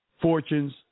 Fortunes